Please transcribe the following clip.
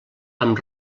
amb